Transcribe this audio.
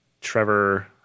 Trevor